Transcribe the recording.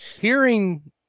hearing